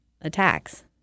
attacks